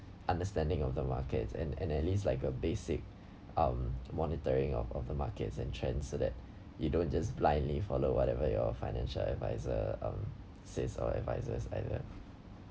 understanding of the markets and and at least like the basic um monitoring of of the markets and trends so that you don't just blindly follow whatever your financial adviser um says or advisers either